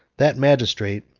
that magistrate,